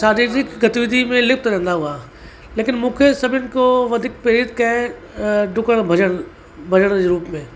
शारीरिक गतिविधि में लुप्त रहंदा हुआ न लेकिनि मूंखे सभिनी खां वधीक प्रेरित कयनि ढुकण भॼण भॼण जे रूप में